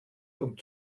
und